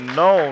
no